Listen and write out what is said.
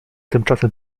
tymczasem